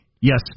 Yes